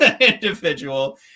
individual